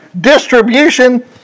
distribution